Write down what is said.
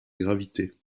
gravité